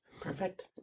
Perfect